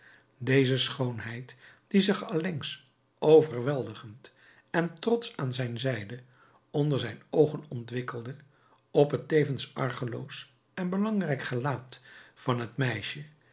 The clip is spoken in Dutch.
deze schoonheid die zich allengskens overweldigend en trotsch aan zijn zijde onder zijn oogen ontwikkelde op het tevens argeloos en belangrijk gelaat van het meisje